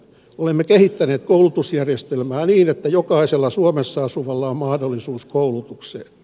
olemme kehittäneet koulutusjärjestelmää niin että jokaisella suomessa asuvalla on mahdollisuus koulutukseen